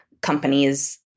companies